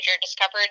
discovered